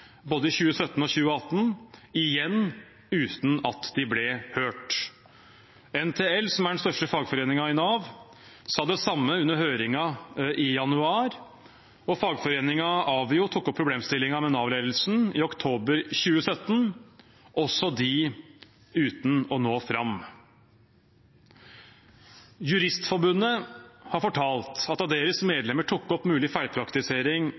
både i 2017 og i 2018, igjen uten at de ble hørt. NTL, som er den største fagforeningen i Nav, sa det samme under høringen i januar, og fagforeningen AVYO tok opp problemstillingen med Nav-ledelsen i oktober 2017, også de uten å nå fram. Juristforbundet har fortalt at da deres medlemmer tok opp mulig feilpraktisering